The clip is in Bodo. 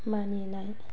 मानिनाय